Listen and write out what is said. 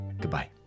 goodbye